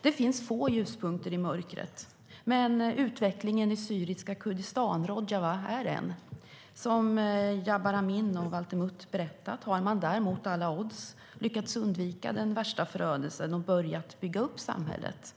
Det finns få ljuspunkter i mörkret, men utvecklingen i syriska Kurdistan, Rojava, är en. Som Jabar Amin och Valter Mutt berättade har man mot alla odds lyckats undvika den värsta förödelsen och börjat bygga upp samhället.